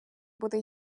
буде